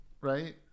right